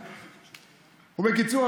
בקיצור,